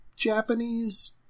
Japanese